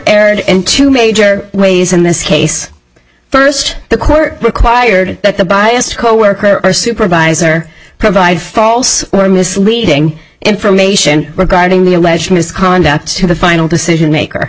erred in two major ways in this case first the court required that the biased coworker or supervisor provide false or misleading information regarding the alleged misconduct to the final decision maker